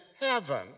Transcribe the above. heaven